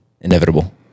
inevitable